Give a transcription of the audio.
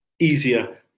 easier